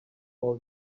all